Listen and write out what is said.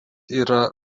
yra